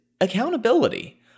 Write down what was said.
accountability